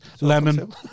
lemon